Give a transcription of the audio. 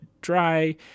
dry